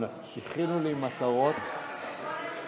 אתה חוזר על חידוש תורה מאתמול, בשביל השרה.